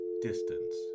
distance